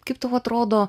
kaip tau atrodo